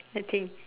nothing